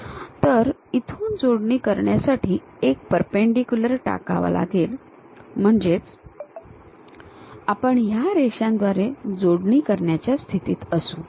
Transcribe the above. तर इथून जोडणी करण्यासाठी एक परपेंडीक्युलर टाकावा लागेल म्हणजे आपण या रेषांद्वारे जोडणी करण्याच्या स्थितीत असू